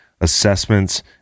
assessments